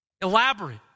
Elaborate